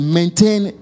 maintain